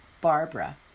Barbara